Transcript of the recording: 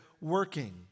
working